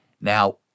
Now